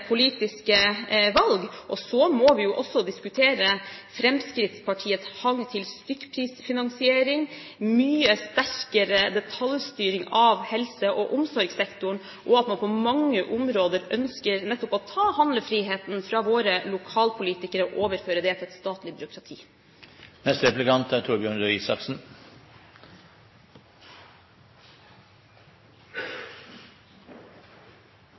politiske valg. Så må vi også diskutere Fremskrittspartiets hang til stykkprisfinansiering, til en mye sterkere detaljstyring av helse- og omsorgssektoren og at man på mange områder ønsker nettopp å ta handlefriheten fra våre lokalpolitikere og overføre den til et statlig byråkrati.